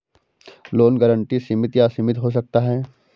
loan guarantee सीमित या असीमित हो सकता है